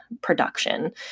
production